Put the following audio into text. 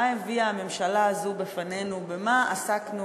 מה הביאה הממשלה הזו בפנינו, במה עסקנו